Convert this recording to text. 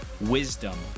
wisdom